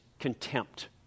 Contempt